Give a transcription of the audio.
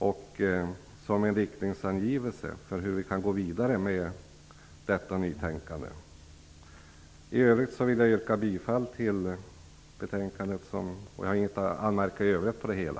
Det är en riktningsangivelse för hur vi kan gå vidare med detta nytänkande. I övrigt har jag ingenting att anmärka.